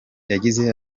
yagize